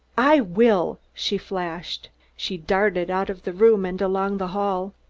i will! she flashed. she darted out of the room and along the hall.